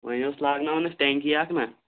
وۄنۍ ٲس لاگناوٕنۍ اَسہِ ٹینٛکی اَکھ نہ